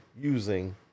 using